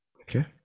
Okay